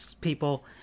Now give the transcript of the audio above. people